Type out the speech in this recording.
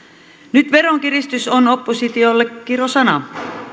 nyt veronkiristys on oppositiolle kirosana